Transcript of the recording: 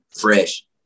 fresh